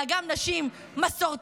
אלא גם נשים מסורתיות,